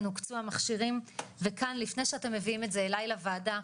הוקצו המכשירים וכאן לפני שאתם מביאים את זה אלי לוועדה,